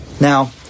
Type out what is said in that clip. Now